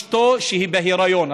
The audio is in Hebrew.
בעל ואשתו שהיא בהיריון.